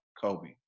Kobe